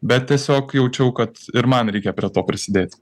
bet tiesiog jaučiau kad ir man reikia prie to prisidėti